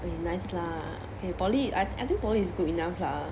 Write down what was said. eh nice lah and poly I think poly is good enough lah